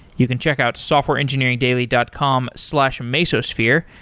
you can check out softwareengineeringdaily dot com slash mesosphere,